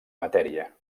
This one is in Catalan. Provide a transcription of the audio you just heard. matèria